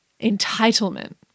entitlement